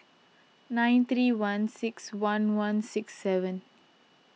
nine three one six one one six seven